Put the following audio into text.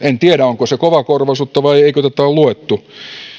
en tiedä onko se kovakorvaisuutta vai eikö tätä ole luettu